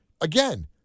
again